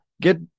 get